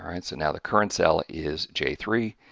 all right! so, now the current cell is j three,